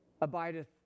abideth